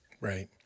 Right